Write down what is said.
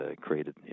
created